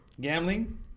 gambling